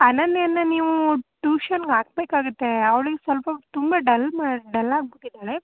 ಅನನ್ಯನ ನೀವು ಟೂಷನ್ಗೆ ಹಾಕ್ಬೇಕಾಗತ್ತೆ ಅವ್ಳಿಗೆ ಸ್ವಲ್ಪ ತುಂಬ ಡಲ್ ಮಾ ಡಲ್ಲಾಗಿ ಬಿಟ್ಟಿದಾಳೆ